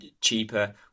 cheaper